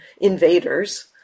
invaders